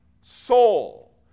soul